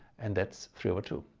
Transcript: and that's three over two.